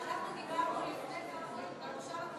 אנחנו דיברנו במושב הקודם,